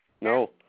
No